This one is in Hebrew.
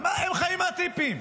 הם חיים מהטיפים.